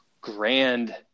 grand